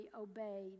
obeyed